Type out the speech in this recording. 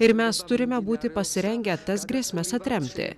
ir mes turime būti pasirengę tas grėsmes atremti